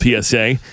PSA